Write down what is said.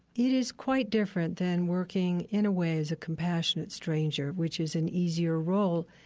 it is quite different than working in a way as a compassionate stranger, which is an easier role,